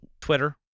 Twitter